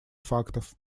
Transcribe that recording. фактов